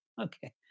Okay